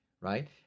right